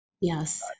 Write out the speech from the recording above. Yes